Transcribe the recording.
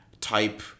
type